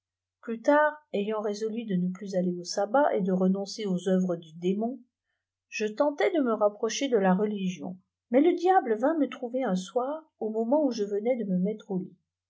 pîus tard ayant résolu de ne plus aller au sabbat et de renoncer aux œuvres du démon je tentai de me rapproclier de la religion v miais le diable vint me trouver un soir au moment où je venais de me mettre au lit